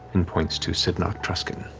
and points to sydnok truscan,